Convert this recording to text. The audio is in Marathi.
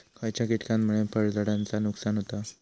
खयच्या किटकांमुळे फळझाडांचा नुकसान होता?